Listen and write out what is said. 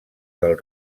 del